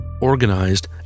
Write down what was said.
organized